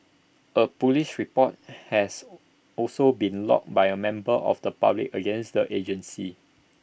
A Police report has also been lodged by A member of the public against the agency